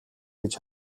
гэж